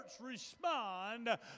respond